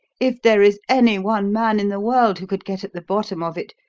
if there is any one man in the world who could get at the bottom of it,